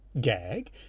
Gag